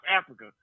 Africa